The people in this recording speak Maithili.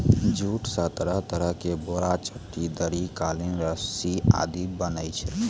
जूट स तरह तरह के बोरा, चट्टी, दरी, कालीन, रस्सी आदि बनै छै